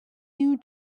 you